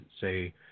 say